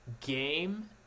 game